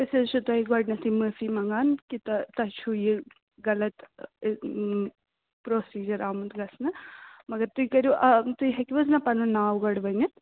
أسۍ حظ چھو تۄہہِ گۄڈٕنٮ۪تھٕے معٲفی مَنٛگان کہِ تۄہہِ چھُو یہِ غَلَط پروٚسیٖجَر آمُت گَژھنہٕ مگر تُہۍ کٔرِو اکھ تُہۍ ہیٚکِو حظ پَنُن ناو گۄڈٕ ؤنِتھ